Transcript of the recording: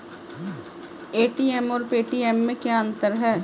ATM और Paytm में क्या अंतर है?